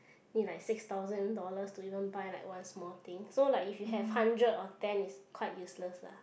need like six thousand dollar to even buy like one small thing so like if you have hundred of ten is like quite useless lah